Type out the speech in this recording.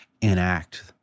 enact